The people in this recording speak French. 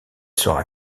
sera